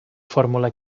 fórmula